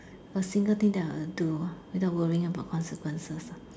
a single thing that I will do without worrying about consequences ah